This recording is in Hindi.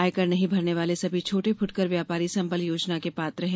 आयकर नहीं भरने वाले सभी छोटे फूटकर व्यापारी संबल योजना के पात्र हैं